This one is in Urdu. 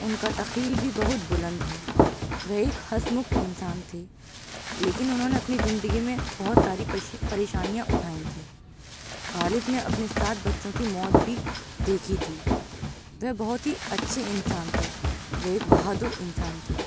اُن کا تخیل بھی بہت بُلند ہے وہ ایک ہنس مُکھ انسان تھے لیکن اُنہوں نے اپنی زندگی میں بہت ساری پریشانیاں اُٹھائی تھیں غالب نے اپنے سات بچوں کی موت بھی دیکھی تھی وہ بہت ہی اچھے انسان تھے وہ ایک بہادر انسان تھے